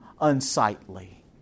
unsightly